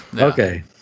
okay